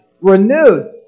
Renewed